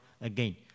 again